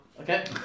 Okay